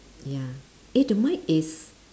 ya eh the mic is